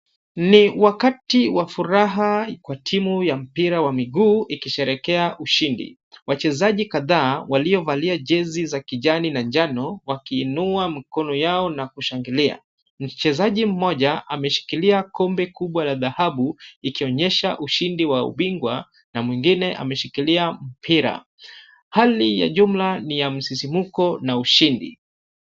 Ni wakati wa furaha kwa timu ya mpira wa miguu ikisherehekea ushindi. Wachezaji kadhaa waliovalia jezi za kijani na njano wakiinua mikono, na kushangilia. Mchezaji mmoja ameshikilia kombe kubwa la dhahabu ikionyesha ushindi wa ubingwa, na mwingine ameshikilia mpira. Hali ya jumla ni ya msisimko na ushindi.